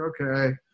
okay